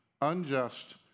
unjust